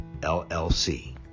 LLC